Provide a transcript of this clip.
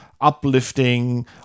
Uplifting